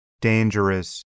dangerous